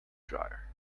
dryer